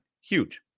Huge